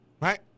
right